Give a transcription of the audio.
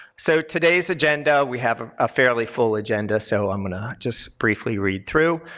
so today's agenda, we have a fairly full agenda so i'm going to just briefly read through.